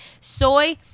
Soy